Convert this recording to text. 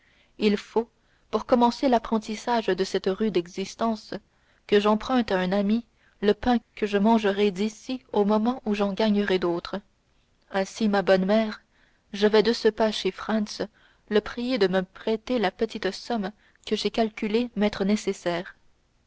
il faut pour commencer l'apprentissage de cette rude existence que j'emprunte à un ami le pain que je mangerai d'ici au moment où j'en gagnerai d'autre ainsi ma bonne mère je vais de ce pas chez franz le prier de me prêter la petite somme que j'ai calculé m'être nécessaire